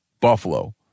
Buffalo